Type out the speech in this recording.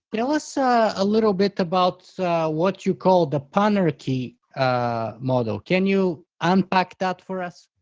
tell us a ah little bit about what you called the panarchy model. can you unpack that for us?